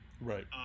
right